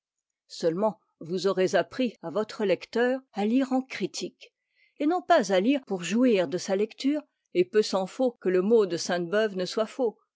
seulement vous aurez appris à votre lecteur à lire en critique et non pas à lire pour jouir de sa lecture et peu s'en faut que le mot de sainte-beuve ne soit faux